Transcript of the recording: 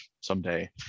someday